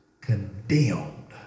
condemned